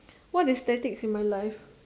what is statics in my life